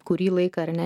kurį laiką ar ne